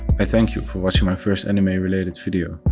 i thank you for watching my first anime-related video,